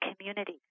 community